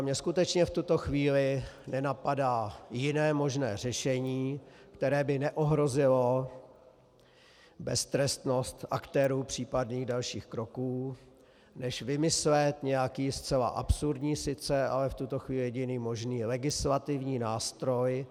Mě skutečně v tuto chvíli nenapadá jiné možné řešení, které by neohrozilo beztrestnost aktérů případných dalších kroků, než vymyslet nějaký zcela absurdní sice, ale v tuto chvíli jediný možný legislativní nástroj.